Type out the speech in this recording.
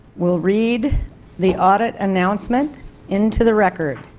will read the audit announcement into the record.